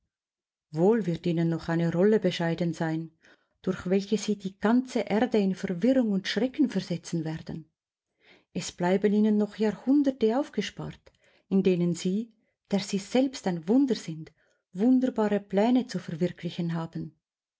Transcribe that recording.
wohl wird ihnen noch eine rolle beschieden sein durch welche sie die ganze erde in verwirrung und schrecken versetzen werden es bleiben ihnen noch jahrhunderte aufgespart in denen sie der sie selbst ein wunder sind wunderbare pläne zu verwirklichen haben